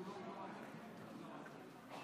אני